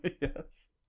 Yes